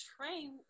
train